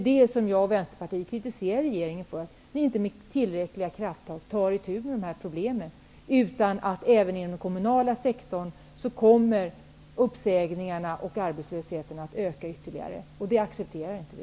Vad jag och Vänsterpartiet kritiserar regeringen för är att man inte med tillräckliga krafttag tar itu med de här problemen, utan att uppsägningarna och arbetslösheten även i den kommunala sektorn kommer att öka ytterligare. Det accepterar inte vi.